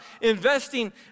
investing